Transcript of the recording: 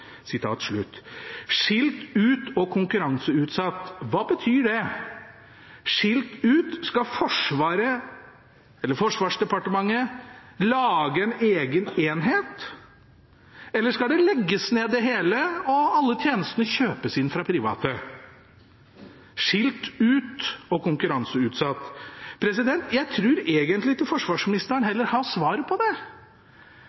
ut» og «konkurranseutsatt» – hva betyr det? Skilt ut: Skal Forsvaret, eller Forsvarsdepartementet, lage en egen enhet? Eller skal det hele legges ned og alle tjenestene kjøpes inn fra private? Skilt ut og konkurranseutsatt: Jeg tror egentlig ikke forsvarsministeren